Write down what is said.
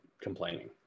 complaining